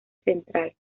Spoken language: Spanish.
central